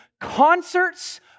concerts